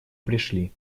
пришли